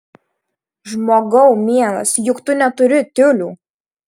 žmogau mielas juk tu neturi tiulių